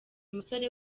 musore